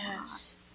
Yes